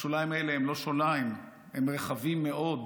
השוליים האלה הם לא שוליים, הם רחבים מאוד,